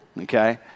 okay